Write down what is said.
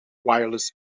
wireless